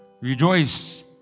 Rejoice